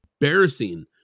embarrassing